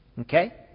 Okay